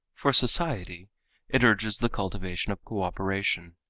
for society it urges the cultivation of cooperation,